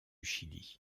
chili